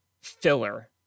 filler